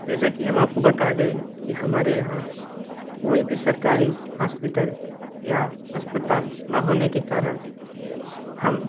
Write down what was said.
जैसा कि हम आपको बता दें कि हमारे यहाँ कोई भी सरकारी हॉस्पिटल या अस्पताल न होने के कारण हम